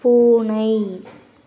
பூனை